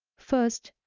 first,